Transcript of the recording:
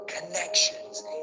connections